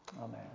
Amen